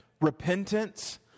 repentance